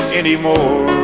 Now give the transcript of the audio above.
anymore